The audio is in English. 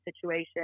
situation